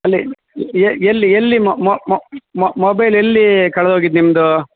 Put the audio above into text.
ಅಲ್ಲಿ ಎಲ್ಲಿ ಎಲ್ಲಿ ಮೊಬೈಲ್ ಎಲ್ಲೀ ಕಳ್ದೋಗಿದ್ದು ನಿಮ್ದು